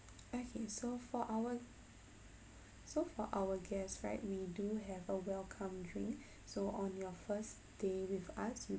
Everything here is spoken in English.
okay so for our so for our guests right we do have a welcome drink so on your first day with us you